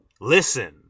listen